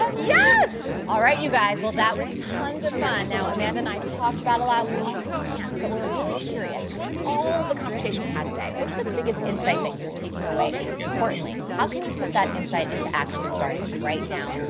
ah yes. all right you guys. well, that was tons of fun. now, amanda and i talked about it a lot, we also danced, but we're really curious out of all the conversation we had today, what's the biggest insight that you're taking away and, most importantly, how can you put that insight into action starting right now.